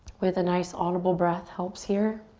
with a nice, honorable breath helps here.